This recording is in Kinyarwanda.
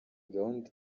gahunda